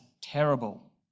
terrible